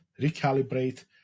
recalibrate